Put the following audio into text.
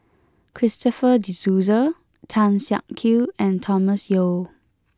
Christopher De Souza Tan Siak Kew and Thomas Yeo